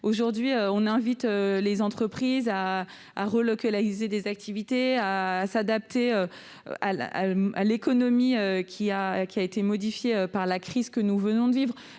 aujourd'hui, les entreprises sont invitées à relocaliser leur activité et à s'adapter à l'économie, qui a été modifiée par la crise que nous venons de vivre.